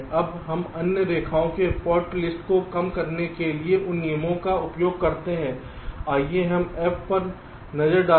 अब हम अन्य रेखाओं की फाल्ट लिस्ट को कम करने के लिए उन नियमों का उपयोग करते हैं आइए हम F पर नजर डालते हैं